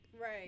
Right